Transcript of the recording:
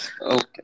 Okay